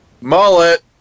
Mullet